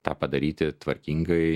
tą padaryti tvarkingai i